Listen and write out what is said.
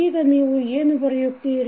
ಈಗ ನೀವು ಏನು ಬರೆಯುತ್ತೀರಿ